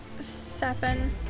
seven